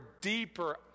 deeper